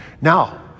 Now